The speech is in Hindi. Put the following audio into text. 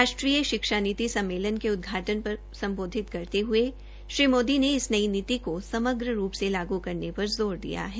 राष्ट्रीय शिक्षा नीति सम्मेलन के उदघाटन पर संशोधित करते हये श्री मोदी ने इस नई नीति को समग्र रूप से लागू करने पर जोर दिया है